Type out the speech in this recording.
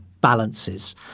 balances